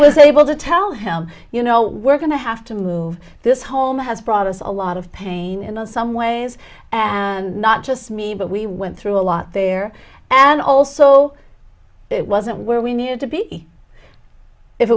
was able to tell him you know we're going to have to move this home has brought us a lot of pain and in some ways and not just me but we went through a lot there and also it wasn't where we needed to be if